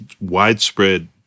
widespread